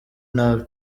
nabi